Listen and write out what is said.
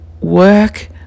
work